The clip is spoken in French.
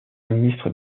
ministre